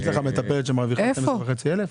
יש לך מטפלת שמרוויחה 12,500?